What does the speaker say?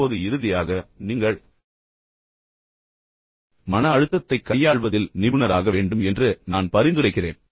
இப்போது இறுதியாக நீங்கள் மன அழுத்தத்தைக் கையாள்வதில் நிபுணராக வேண்டும் என்று நான் பரிந்துரைக்கிறேன்